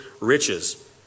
riches